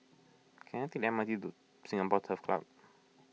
can I take the M R T to Singapore Turf Club